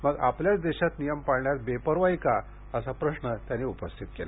मग आपल्याच देशात नियम पाळण्यात बेपर्वाई का असा प्रश्न त्यांनी उपस्थित केला